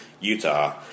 Utah